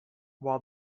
while